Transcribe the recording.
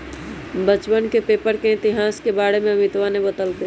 बच्चवन के पेपर के इतिहास के बारे में अमितवा ने बतल कई